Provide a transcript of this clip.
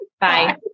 Bye